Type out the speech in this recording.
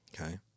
Okay